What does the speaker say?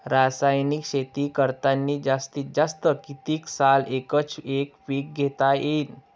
रासायनिक शेती करतांनी जास्तीत जास्त कितीक साल एकच एक पीक घेता येईन?